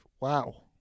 Wow